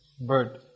bird